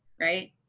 Right